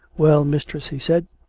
well, mistress, he said,